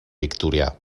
victorià